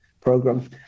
program